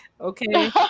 Okay